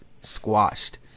squashed